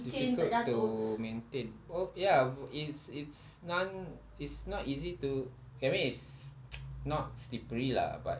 difficult to maintain oh ya it's it's none it's not easy to I mean it's not slippery lah but